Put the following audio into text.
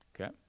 Okay